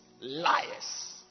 Liars